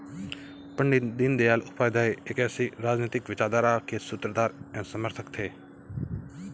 पण्डित दीनदयाल उपाध्याय एक ऐसी राजनीतिक विचारधारा के सूत्रधार एवं समर्थक थे